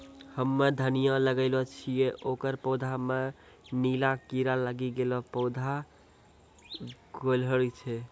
हम्मे धनिया लगैलो छियै ओकर पौधा मे नीला कीड़ा लागी गैलै पौधा गैलरहल छै?